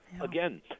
Again